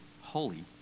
holy